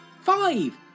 Five